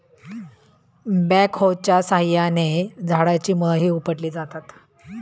बॅकहोच्या साहाय्याने झाडाची मुळंही उपटली जातात